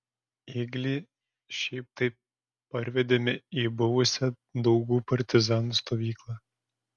ėglį šiaip taip parvedėme į buvusią daugų partizanų stovyklą